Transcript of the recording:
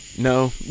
No